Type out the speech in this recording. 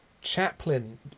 Chaplin